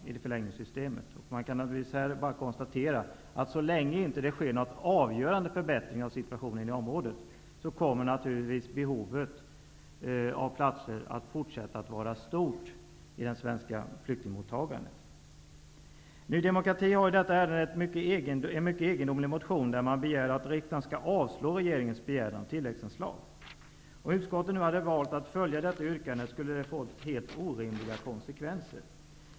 Så länge det inte sker någon avgörande förbättring av situationen i krigsområdet, kommer behovet av platser att fortsätta att vara stort i det svenska flyktingmottagandet. Ny demokrati har i detta ärende en mycket egendomlig motion, där man begär att riksdagen skall avslå regeringens begäran om tilläggsanslag. Om utskottet nu hade valt att följa detta yrkande, skulle det ha fått helt orimliga konsekvenser.